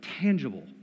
tangible